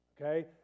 Okay